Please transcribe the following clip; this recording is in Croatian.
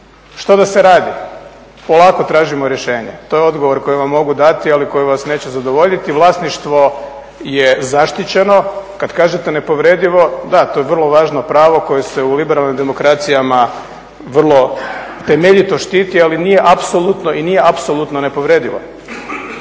Što da se radi? Polako tražimo rješenje. To je odgovor koji vam mogu dati, ali koji vas neće zadovoljiti. Vlasništvo je zaštićeno. Kad kažete nepovredivo, da, to je vrlo važno pravo koje se u liberalnim demokracijama vrlo temeljito štiti ali nije apsolutno i nije apsolutno nepovredivo.